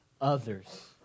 others